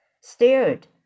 stared